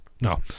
No